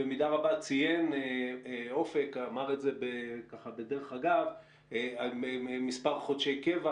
במידה רבה אמר את זה אופק בדרך אגב במספר חודשי קבע.